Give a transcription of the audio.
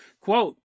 Quote